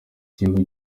gihugu